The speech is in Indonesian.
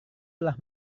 telah